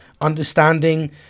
understanding